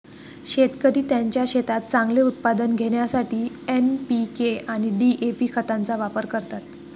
शेतकरी त्यांच्या शेतात चांगले उत्पादन घेण्यासाठी एन.पी.के आणि डी.ए.पी खतांचा वापर करतात